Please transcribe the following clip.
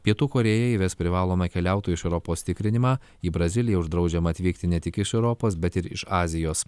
pietų korėja įves privalomą keliautojų iš europos tikrinimą į braziliją uždraudžiama atvykti ne tik iš europos bet ir iš azijos